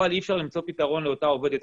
אבל אי אפשר למצוא פתרון לאותה עובדת.